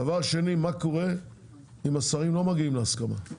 דבר שני מה קורה אם השרים לא מגיעים להסכמה?